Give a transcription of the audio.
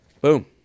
Boom